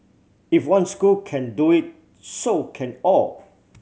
if one school can do it so can all